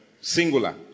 Singular